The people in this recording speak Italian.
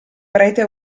prete